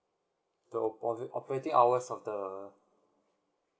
the ope~ operating hours of the